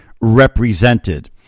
represented